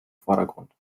vordergrund